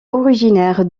originaires